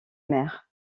mer